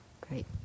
Great